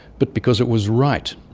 but because it was right.